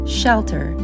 shelter